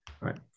right